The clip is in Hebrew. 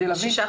זה לא